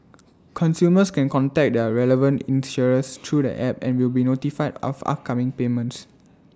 consumers can contact their relevant insurers through the app and will be notified of upcoming payments